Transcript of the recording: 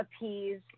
appease